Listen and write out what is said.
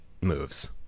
moves